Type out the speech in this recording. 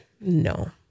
No